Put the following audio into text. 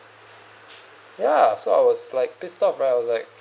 ya so I was like pissed off right I was like